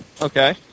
Okay